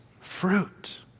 fruit